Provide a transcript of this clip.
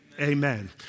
Amen